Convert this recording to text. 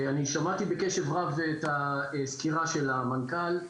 אני שמעתי בקשב רב את הסקירה של המנכ"ל,